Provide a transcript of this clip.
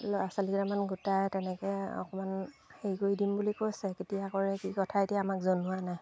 ল'ৰা ছোৱালীকেইটামান গোটাই তেনেকৈ অকমান হেৰি কৰি দিম বুলি কৈছে কেতিয়া কৰে কি কথা এতিয়া আমাক জনোৱা নাই